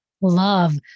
love